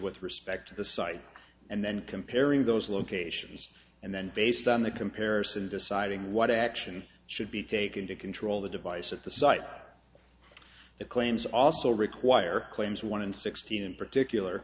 with respect to the site and then comparing those locations and then based on the comparison deciding what action should be taken to control the device at the site it claims also require claims one and sixteen in particular